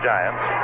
Giants